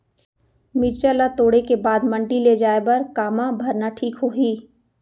मिरचा ला तोड़े के बाद मंडी ले जाए बर का मा भरना ठीक होही?